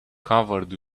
covered